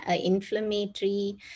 inflammatory